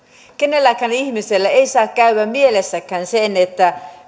kenelläkään ihmisellä ei saa käydä mielessäkään se että